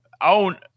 own